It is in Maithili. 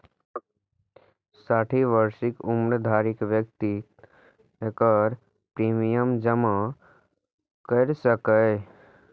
साठि वर्षक उम्र धरि व्यक्ति एकर प्रीमियम जमा कैर सकैए